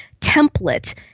template